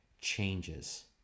changes